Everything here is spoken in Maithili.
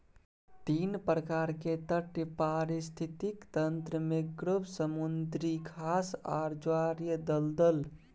तीन प्रकार के तटीय पारिस्थितिक तंत्र मैंग्रोव, समुद्री घास आर ज्वारीय दलदल